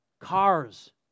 Cars